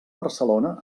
barcelona